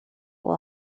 will